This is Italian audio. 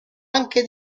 anche